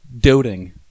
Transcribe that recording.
doting